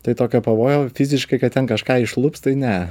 tai tokio pavojaus fiziškai kad ten kažką išlups tai ne